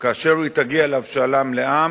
כאשר היא תגיע להבשלה מלאה,